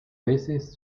veces